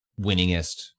winningest